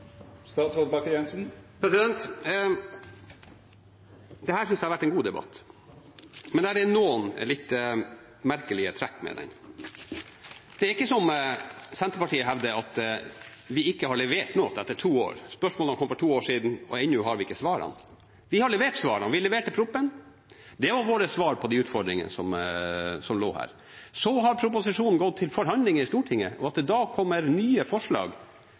er ikke som Senterpartiet hevder, at vi ikke har levert noe etter to år, at spørsmålene kom for to år siden, og ennå har vi ikke svarene. Vi har levert svarene. Vi leverte proposisjonen – det var vårt svar på de utfordringene som lå her. Så har proposisjonen gått til forhandlinger i Stortinget. At det da kommer nye forslag